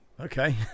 okay